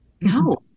no